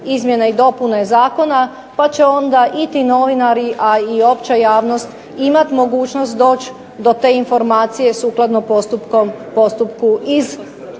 izmjene i dopune Zakona pa će onda i ti novinari a i opća javnost imati mogućnosti doći do te informacije sukladno postupku i